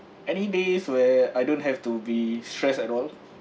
any days where I don't have to be stressed at all